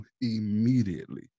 immediately